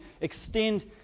extend